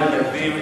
אין מתנגדים,